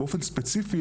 באופן ספציפי,